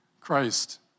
Christ